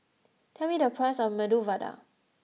tell me the price of Medu Vada